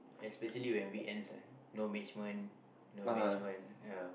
especially when we end is like no management no management ya